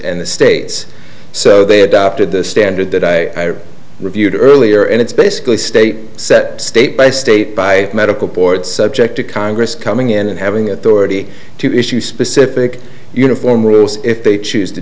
and the states so they adopted the standard that i reviewed earlier and it's basically state set state by state by medical board subject to congress coming in and having authority to issue specific uniform rules if they choose to